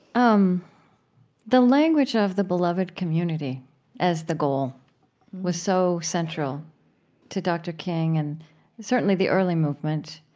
um the language of the beloved community as the goal was so central to dr. king and certainly the early movement.